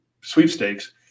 sweepstakes